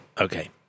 Okay